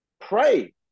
pray